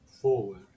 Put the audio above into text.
forward